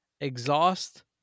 exhaust